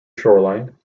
shoreline